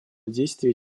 действие